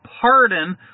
pardon